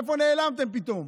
איפה נעלמתם פתאום?